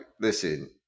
listen